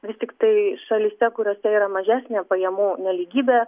vis tiktai šalyse kuriose yra mažesnė pajamų nelygybė